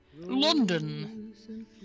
London